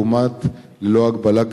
לעומת "ללא הגבלה",